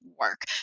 work